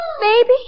baby